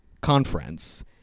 conference